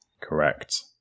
Correct